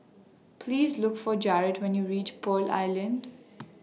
Please Look For Jarrett when YOU REACH Pearl Island